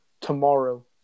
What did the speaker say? tomorrow